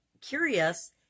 curious